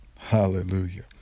Hallelujah